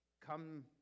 Come